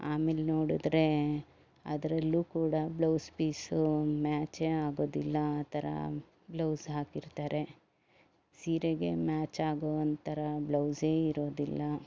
ಆಮೇಲೆ ನೋಡಿದ್ರೆ ಅದ್ರಲ್ಲೂ ಕೂಡ ಬ್ಲೌಸ್ ಪೀಸು ಮ್ಯಾಚೇ ಆಗೋದಿಲ್ಲ ಆ ಥರ ಬ್ಲೌಸ್ ಹಾಕಿರ್ತಾರೆ ಸೀರೆಗೆ ಮ್ಯಾಚ್ ಆಗೋವಂಥರ ಬ್ಲೌಸೇ ಇರೋದಿಲ್ಲ